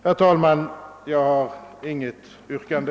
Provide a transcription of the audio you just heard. Herr talman! Jag har inget yrkande.